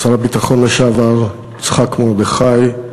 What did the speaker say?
שר הביטחון לשעבר יצחק מרדכי,